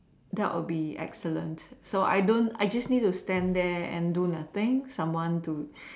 that would be excellent so I don't I just need to stand there and do nothing someone to